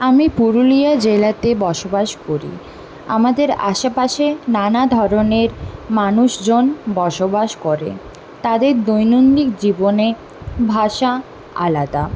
আমি পুরুলিয়া জেলাতে বসবাস করি আমাদের আশেপাশে নানা ধরনের মানুষজন বসবাস করে তাদের দৈনন্দিন জীবনে ভাষা আলাদা